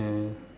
yeah